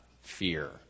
fear